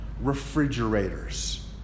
refrigerators